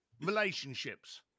relationships